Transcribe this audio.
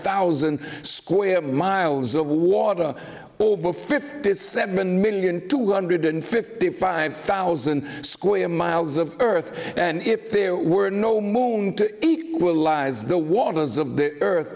thousand square miles of water over fifty seven million two hundred fifty five thousand square miles of earth and if there were no moon to equalize the waters of the earth